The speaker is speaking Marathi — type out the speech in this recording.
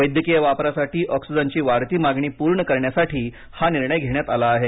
वैद्यकीय वापरासाठी ऑक्सिजनची वाढती मागणी पूर्ण करण्यासाठी हा निर्णय घेण्यात आला आहे